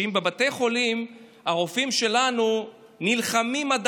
שאם בבתי חולים הרופאים שלנו נלחמים עד